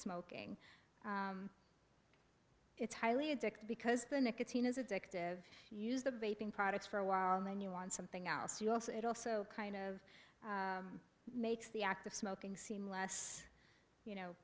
smoking it's highly addictive because the nicotine is addictive use the products for a while and then you want something else you also it also kind of makes the act of smoking seem less you know